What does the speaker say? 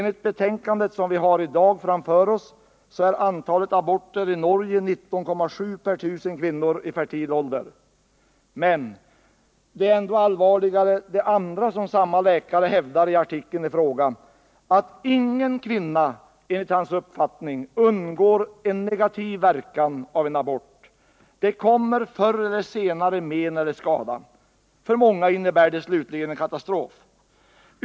Enligt betänkandet som vi har framför oss är antalet aborter i Norge 19,7 per 1 000 kvinnor i fertil ålder. Men det är allvarligare än så. Samma läkare hävdar i artikeln i fråga att ingen kvinna enligt hans uppfattning undgår en negativ verkan av en abort. Det kommer förr eller senare eller skada. För många innebär det slutligen en katastrof.